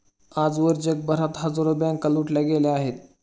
आजवर जगभरात हजारो बँका लुटल्या गेल्या आहेत